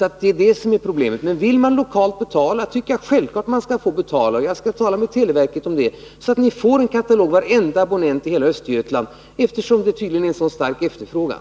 Det är det som är problemet. Men vill man lokalt betala tycker jag att det är självklart att man skall få göra det. Jag skall tala med televerket om detta, så att varenda abonnent i hela Östergötland även får den andra katalogdelen, eftersom det tydligen är så stark efterfrågan.